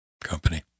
company